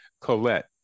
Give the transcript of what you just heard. Colette